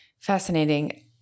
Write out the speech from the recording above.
Fascinating